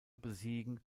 besiegen